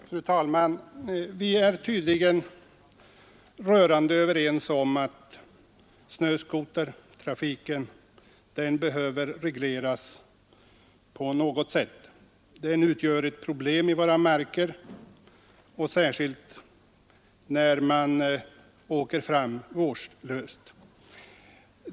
Fru talman! Vi är tydligen rörande överens om att snöskotertrafiken behöver regleras på något sätt. Den utgör ett problem i våra marker, särskilt när man åker fram vårdslöst.